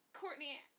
Courtney